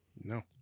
No